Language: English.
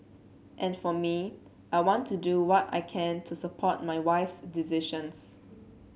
and for me I want to do what I can to support my wife's decisions